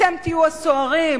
אתם תהיו הסוהרים.